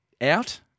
Out